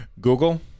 Google